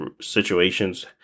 situations